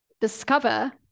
discover